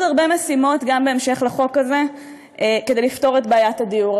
יש עוד הרבה משימות בהמשך לחוק הזה כדי לפתור את בעיית הדיור,